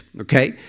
Okay